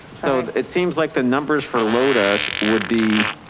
so it seems like the numbers for loda would be